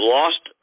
lost